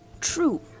True